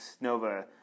Nova